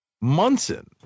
Munson